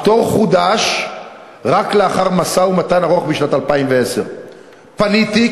הפטור חודש רק לאחר משא-ומתן ארוך בשנת 2010. פניתי,